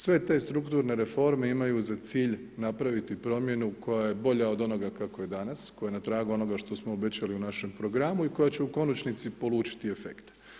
Sve te strukturne reforme imaju za cilj napraviti promjenu koja je bolja od onoga kako je danas, koja je na tragu onoga što smo obećali u našem programu i koja će u konačnici polučiti efekte.